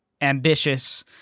ambitious